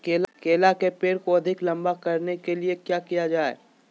केला के पेड़ को अधिक लंबा करने के लिए किया किया जाए?